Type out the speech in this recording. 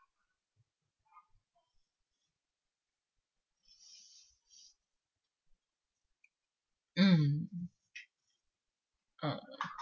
mm uh